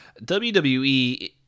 WWE